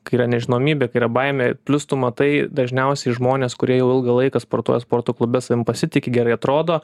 kai yra nežinomybė kai yra baimė plius tu matai dažniausiai žmones kurie jau ilgą laiką sportuoja sporto klube savim pasitiki gerai atrodo